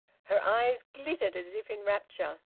her eyes glittered, as if in rapture.